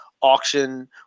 auction